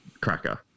cracker